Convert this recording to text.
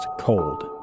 Cold